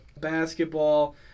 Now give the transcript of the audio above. Basketball